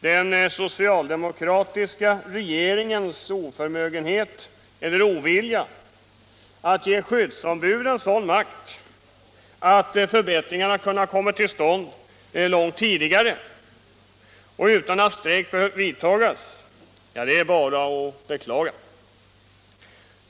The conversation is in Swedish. Den socialdemokratiska regeringens oförmögenhet eller ovilja att ge skyddsombuden sådan makt att förbättringar kunnat komma till stånd långt tidigare och utan att strejk behövt vidtas är bara att beklaga.